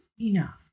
enough